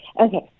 Okay